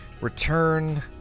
return